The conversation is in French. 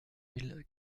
mille